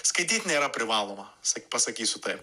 skaityt nėra privaloma sa pasakysiu taip